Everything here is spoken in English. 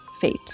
fate